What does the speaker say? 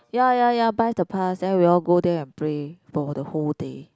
ya ya ya buy the pass then we all go there and play for the whole day